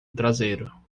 traseiro